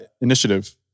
initiative